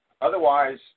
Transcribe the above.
Otherwise